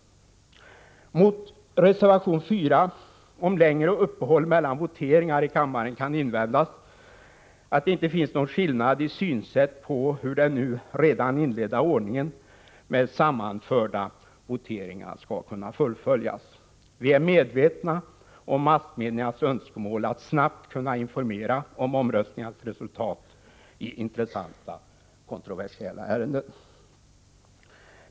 Mot reservation 4 om längre uppehåll mellan voteringar i kammaren kan invändas att det inte finns någon skillnad i synsätt på hur den redan inledda ordningen med sammanförda voteringar skall fullföljas. Vi är medvetna om massmediernas önskemål om att snabbt kunna informera om omröstningens resultat i intressanta, kontroversiella ärenden.